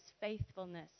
faithfulness